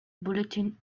bulletin